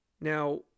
Now